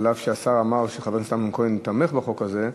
אף שהשר אמר שחבר הכנסת אמנון כהן תומך בחוק הזה,